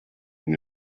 and